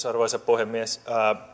arvoisa puhemies